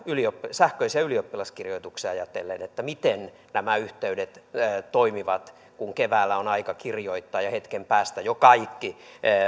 sähköisiä ylioppilaskirjoituksia ajatellen miten nämä yhteydet toimivat kun keväällä on aika kirjoittaa ja hetken päästä jo kaikki